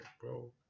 bro